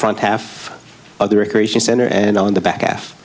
front half of the recreation center and on the ba